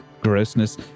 grossness